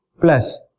plus